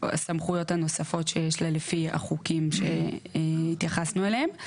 וסמכויות נוספות שיש לה לפי החוקים שהתייחסנו אליהם.